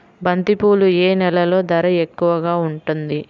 బంతిపూలు ఏ నెలలో ధర ఎక్కువగా ఉంటుంది?